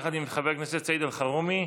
יחד עם חבר הכנסת סעיד אלחרומי,